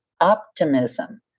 optimism